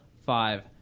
five